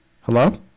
Hello